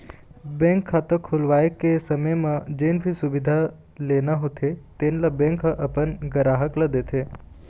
bank खाता खोलवाए के समे म जेन भी सुबिधा लेना होथे तेन ल बेंक ह अपन गराहक ल देथे